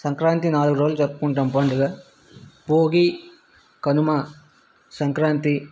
సంక్రాంతి నాలుగు రోజులు జరుపుకుంటాము పండుగ భోగి కనుమ సంక్రాంతి